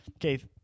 Okay